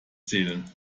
zählen